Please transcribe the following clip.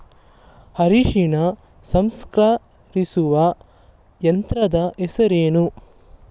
ಅರಿಶಿನ ಸಂಸ್ಕರಿಸುವ ಯಂತ್ರದ ಹೆಸರೇನು?